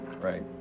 right